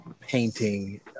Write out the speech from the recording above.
painting